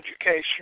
education